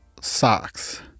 socks